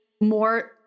more